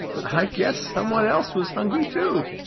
i guess some one else was hungry too,